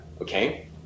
okay